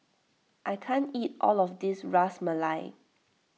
I can't eat all of this Ras Malai